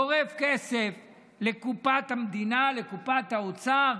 גורף כסף לקופת המדינה, לקופת האוצר,